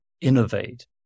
innovate